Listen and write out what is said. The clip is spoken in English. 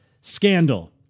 scandal